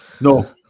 No